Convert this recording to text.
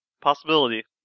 Possibility